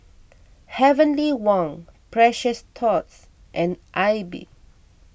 Heavenly Wang Precious Thots and Aibi